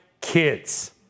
kids